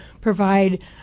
provide